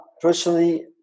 personally